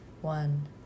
one